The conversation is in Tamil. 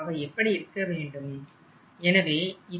அவை எப்படி இருக்க வேண்டும்